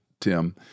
Tim